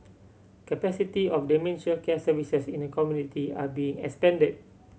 capacity of dementia care services in the community are being expanded